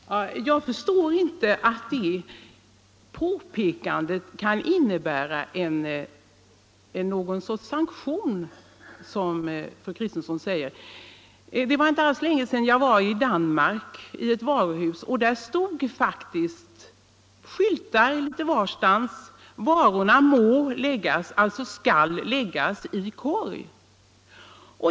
Herr talman! Jag förstår inte att ett sådant påpekande som jag talar om kan innebära någon sorts sanktion, som fru Kristensson säger. Det var inte alls länge sedan jag var i ett varuhus i Danmark. Där fanns faktiskt skyltar litet varstans: Varorna skall läggas i korg.